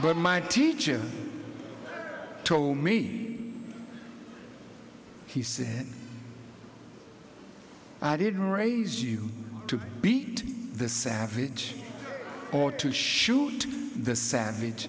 but my teacher told me he said i didn't raise you to beat the savage or to shoot the savage